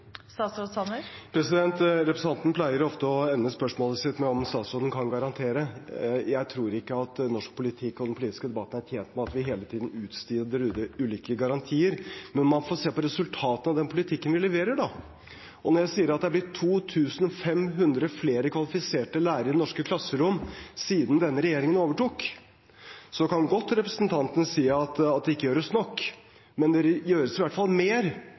norsk politikk eller den politiske debatten er tjent med at vi hele tiden utsteder ulike garantier. Man får se på resultatet av den politikken vi leverer. Når jeg sier at det er blitt 2 500 flere kvalifiserte lærere i norske klasserom siden denne regjeringen overtok, kan representanten godt si at det ikke gjøres nok, men det gjøres i hvert fall mer